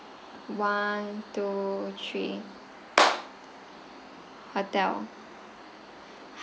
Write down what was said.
one two three hotel